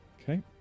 Okay